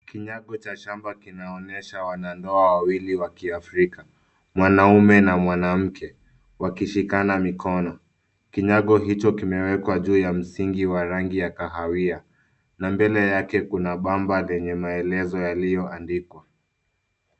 Kinyago cha shamba kinaonyesha wanandoa wawili Wakiafrika, mwanaume na mwanamke wakishikana mikono. Kinyago hicho kimewekwa juu ya msingi wa rangi ya kahawia, na mbele yake kuna bamba lenye maelezo yaliyoandikwa.